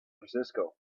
francisco